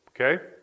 Okay